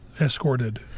escorted